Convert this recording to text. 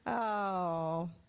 oh,